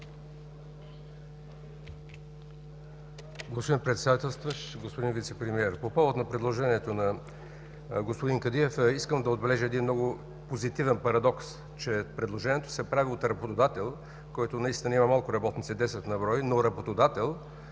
Господин Председател, господин Вицепремиер! По повод предложението на господин Кадиев искам да отбележа много позитивен парадокс – предложението се прави от работодател, който има малко на брой работници – 10 на брой, но работодател.